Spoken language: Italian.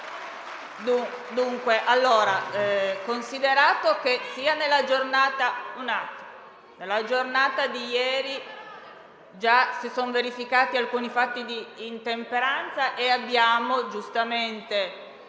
consideriamo che nella giornata di ieri già si sono verificati alcuni fatti di intemperanza e abbiamo giustamente